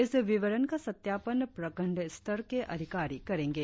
इस विवरण का सत्यापान प्रखंड स्तर के अधिकारी करेंगे